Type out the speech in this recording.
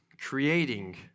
creating